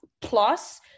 plus